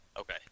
Okay